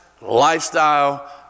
lifestyle